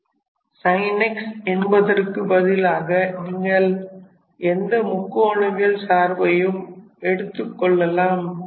sin x என்பதற்கு பதிலாக நீங்கள் எந்த முக்கோணவியல் சார்பையும் எடுத்துக்கொள்ளலாம்